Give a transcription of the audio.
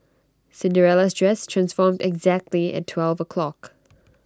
Cinderella's dress transformed exactly at twelve o'clock